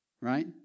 right